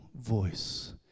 voice